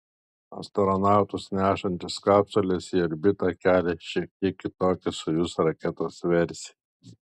astronautus nešančias kapsules į orbitą kelia šiek tiek kitokia sojuz raketos versija